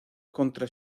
contra